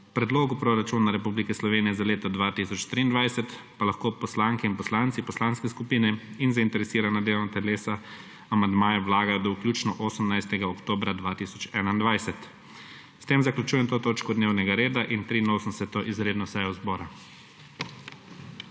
Predlogu Proračuna Republike Slovenije za leto 2023 pa lahko poslanke in poslanci, poslanske skupine in zainteresirana delovna telesa amandmaje vlagajo do vključno 18. oktobra 2021. S tem zaključujem to točko dnevnega reda in 83. izredno sejo zbora.